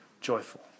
joyful